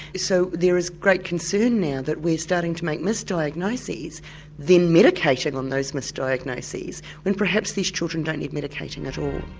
so there is great concern now that we're starting to make misdiagnoses then medicating on those misdiagnoses when perhaps these children don't need medicating at all.